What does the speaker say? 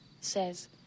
says